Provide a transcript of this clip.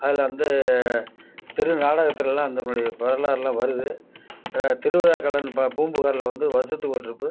அதில் வந்து தெரு நாடகத்துலெலாம் அந்த மாதிரி வரலாறுலாம் வருது திருவிழாக்கள்னு பாப் பூம்புகாரில் வந்து வருஷத்துக்கு ஒரு ட்ரிப்பு